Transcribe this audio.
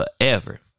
forever